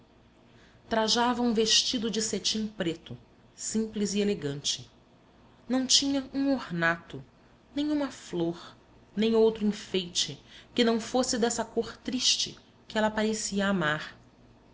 trajava um vestido de cetim preto simples e elegante não tinha um ornato nem uma flor nem outro enfeite que não fosse dessa cor triste que ela parecia amar